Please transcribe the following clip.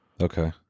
Okay